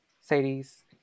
Sadie's